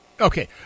Okay